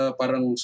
parang